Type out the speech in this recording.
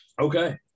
Okay